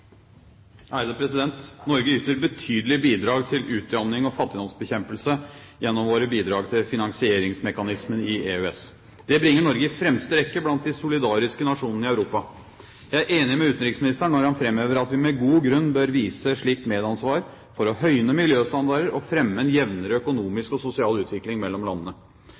finansieringsmekanismen i EØS. Det bringer Norge i fremste rekke blant de solidariske nasjonene i Europa. Jeg er enig med utenriksministeren når han framhever at vi med god grunn bør vise slikt medansvar for å høyne miljøstandarder og fremme en jevnere økonomisk og sosial utvikling mellom landene.